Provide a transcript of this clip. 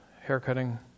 haircutting